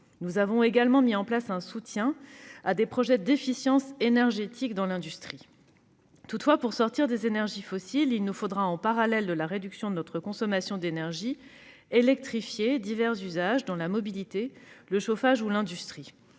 Nous avons aussi mis en place un soutien à des projets d'efficience énergétique dans l'industrie. Toutefois, pour sortir des énergies fossiles, et parallèlement à la réduction de notre consommation totale d'énergie, il faudra électrifier divers usages dans la mobilité, le chauffage ou encore l'industrie.